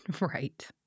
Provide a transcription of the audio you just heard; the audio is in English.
right